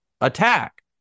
attack